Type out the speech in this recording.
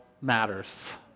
matters